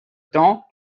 temps